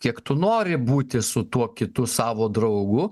kiek tu nori būti su tuo kitu savo draugu